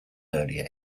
early